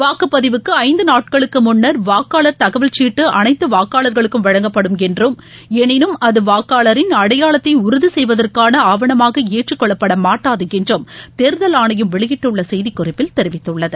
வாக்குப்பதிவுக்கு ஐந்து நாட்களுக்கு முள்ளர் வாக்காளர் தகவல் சீட்டு அனைத்து வாக்காளர்களுக்கும் வழங்கப்படும் என்றம் எளினும் அது வாக்காளரின் அடையாளத்தை உறுதி செய்வதற்கான ஆவணமாக ஏற்றுக்கொள்ளப்பட மாட்டாது என்றும் தேர்தல் ஆணையம் வெளியிட்டுள்ள செய்திக்குறிப்பில் தெரிவித்துள்ளது